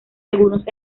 algunos